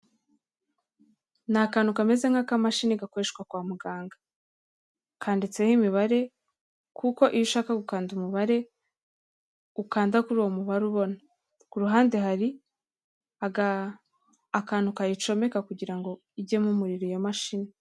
Ni akantu kameze nk'akamashini gakoreshwa kwa muganga, kanditseho imibare kuko iyo ushaka gukanda umubare ukanda kuri uwo mubare ubona, ku ruhande hari akantu kayicomeka kugira ngo ijyemo umuriro iyo mashini.